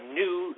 new